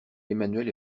emmanuel